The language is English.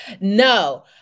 No